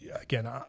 Again